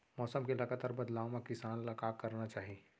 मौसम के लगातार बदलाव मा किसान ला का करना चाही?